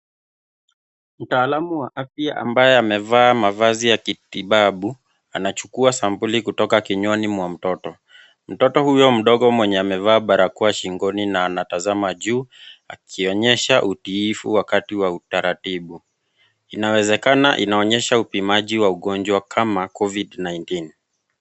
Mtaalamu wa afya ambaye amevaa mavazi ya kitibabu anachukua sampuli kutoka kinywani mwa mtoto. Mtoto huyo mdogo mwenye amevaa barakoa shingoni na anatazama juu akionyesha utiifu wakati wa utaratibu. Inawezekana inaonyesha upimaji wa ugonjwa kama Covid-19.